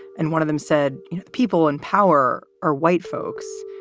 and one of them said people in power are white folks.